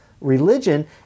religion